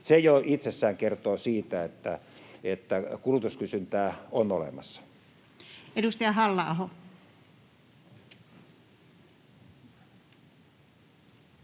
Se jo itsessään kertoo siitä, että kulutuskysyntää on olemassa. Edustaja Halla-aho.